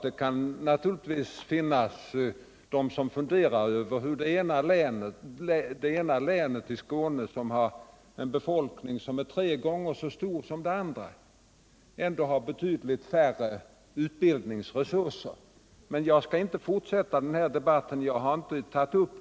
Det kan naturligtvis vara så att en del funderar över att det ena länet i Skåne, med ett befolkningstal tre gånger det andra länets, ändå har betydligt mindre militära utbildningsresurser. Jag skall dock inte fortsätta denna debatt, som jag inte har tagit upp.